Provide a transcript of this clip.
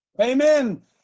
Amen